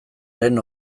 lehen